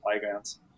playgrounds